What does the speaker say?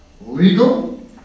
Legal